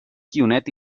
guionet